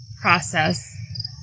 process